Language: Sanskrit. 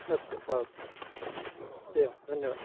अस्तु भवतु भवतु एवं धन्यवादः